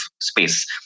space